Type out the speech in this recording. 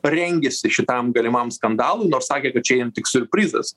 rengiasi šitam galimam skandalui nors sakė kad čia jiem tik siurprizas